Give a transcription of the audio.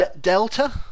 Delta